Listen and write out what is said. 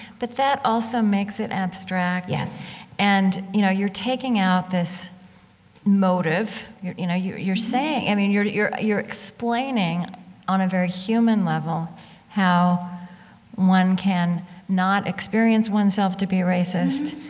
but that also makes it abstract yes and, you know, you're taking out this motive, you know, you're you're saying i mean, you're you're you're explaining on a very human level how one can not experience oneself to be racist,